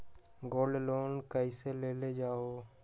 Gold loan कईसे लेल जाहु?